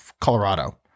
Colorado